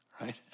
right